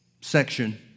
section